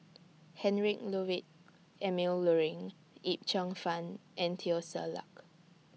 Heinrich Ludwig Emil Luering Yip Cheong Fun and Teo Ser Luck